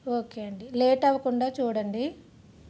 okay అండి late అవ్వకుండా చూడండి